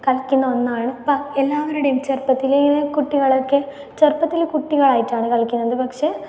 കളിക്കുന്ന ഒന്നാണ് പ്പ എല്ലാവരുടെയും ചെറുപ്പത്തിലെ കുട്ടികളൊക്കെ ചെറുപ്പത്തിൽ കുട്ടികൾ ആയിട്ടാണ് കളിക്കുന്നത് പക്ഷെ